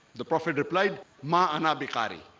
the prophet replied mana bukhari.